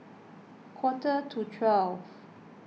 quarter to twelve